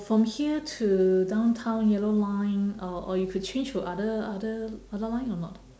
from here to downtown yellow line or or you could change to other other other line or not